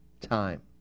time